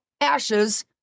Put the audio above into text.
ashes